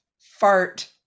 fart